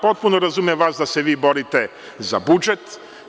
Potpuno razumem vas da se borite za budžet.